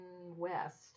West